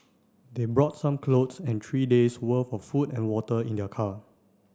they brought some clothes and three days worth of food and water in their car